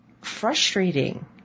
frustrating